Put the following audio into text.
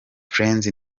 friends